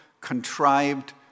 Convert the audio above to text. contrived